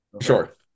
Sure